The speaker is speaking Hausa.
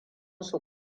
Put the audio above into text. su